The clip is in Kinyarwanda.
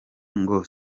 ngo